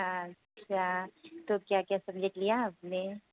अच्छा तो क्या क्या सब्जेक्ट लिया है अ अपने